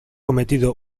cometido